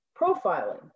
profiling